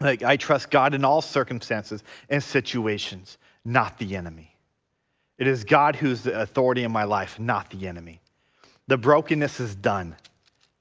like i trust god in all circumstances and situations not the enemy it is god who's the authority in my life not the enemy the brokenness is done